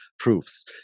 Proofs